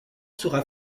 sera